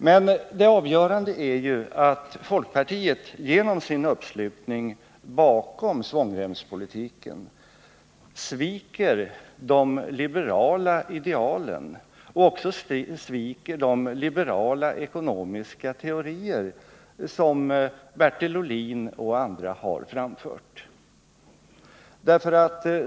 Men det avgörande är ju att folkpartiet genom sin uppslutning bakom svångremspolitiken sviker de liberala idealen och även sviker de liberala ekonomiska teorier som Bertil Ohlin och andra har framfört.